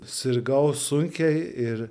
sirgau sunkiai ir